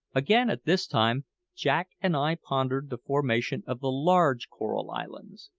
again, at this time jack and i pondered the formation of the large coral islands.